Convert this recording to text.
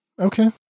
Okay